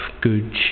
good